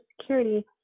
security